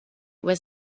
was